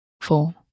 four